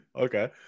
Okay